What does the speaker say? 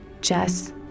Jess